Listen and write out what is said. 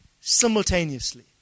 simultaneously